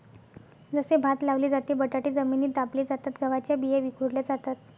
जसे भात लावले जाते, बटाटे जमिनीत दाबले जातात, गव्हाच्या बिया विखुरल्या जातात